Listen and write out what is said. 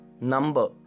Number